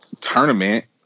tournament